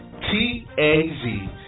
T-A-Z